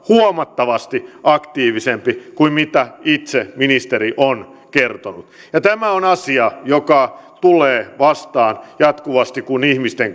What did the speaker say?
huomattavasti aktiivisempi kuin mitä itse ministeri on kertonut ja tämä on asia joka tulee vastaan jatkuvasti kun ihmisten